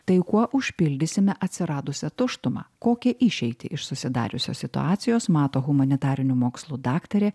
tai kuo užpildysime atsiradusią tuštumą kokią išeitį iš susidariusios situacijos mato humanitarinių mokslų daktarė